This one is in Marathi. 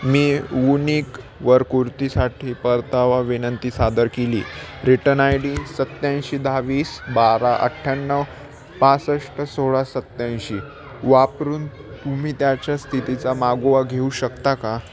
मी वूनिकवर कुर्तीसाठी परतावा विनंती सादर केली रिटन आय डी सत्याऐंशी दहा वीस बारा अठ्याण्णव पासष्ट सोळा सत्याऐंशी वापरून तुम्ही त्याच्या स्थितीचा मागोवा घेऊ शकता का